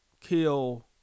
kill